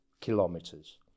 kilometers